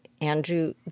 Andrew